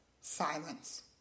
Silence